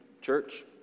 church